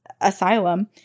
asylum